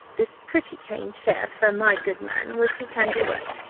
this pretty cane chair for my good man was his handiwork,